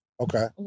Okay